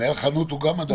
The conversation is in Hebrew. כן, מנהל החנות הוא גם פרט.